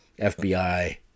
FBI